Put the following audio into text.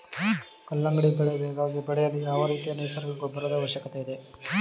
ಕಲ್ಲಂಗಡಿ ಬೆಳೆ ವೇಗವಾಗಿ ಬೆಳೆಯಲು ಯಾವ ರೀತಿಯ ನೈಸರ್ಗಿಕ ಗೊಬ್ಬರದ ಅವಶ್ಯಕತೆ ಇದೆ?